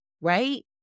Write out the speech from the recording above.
right